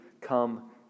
come